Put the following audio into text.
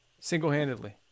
single-handedly